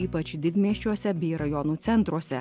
ypač didmiesčiuose bei rajonų centruose